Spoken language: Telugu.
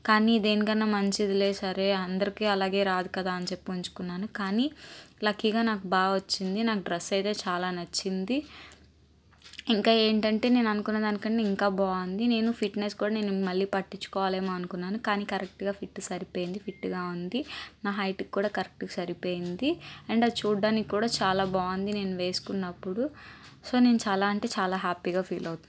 కానీ దేనికన్నా మంచిది సరే అందరికి అలాగే రాదు కదా అని చెప్పి ఉంచుకున్నాను కానీ లక్కీగా నాకు బాగా వచ్చింది నాకు డ్రెస్ అయితే చాలా నచ్చింది ఇంకా ఏంటంటే నేను అనుకున్న దానికన్నా ఇంకా బాగుంది నేను ఫిట్నెస్ కూడా నేను మళ్ళీ పట్టించుకోవాలేమో అనుకున్నాను కానీ కరెక్ట్గా ఫిట్ సరిపోయింది ఫిట్గా ఉంది నా హైటు కూడా కరెక్ట్గా సరిపోయింది అండ్ అది చూడడానికి కూడా చాలా బాగుంది నేను వేసుకున్నప్పుడు సో నేను చాలా అంటే చాలా హ్యాపీగా ఫీల్ అవుతున్నాను